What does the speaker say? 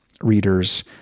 readers